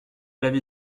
l’avis